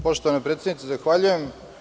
Poštovana predsednice, zahvaljujem.